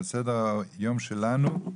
על סדר היום שלנו,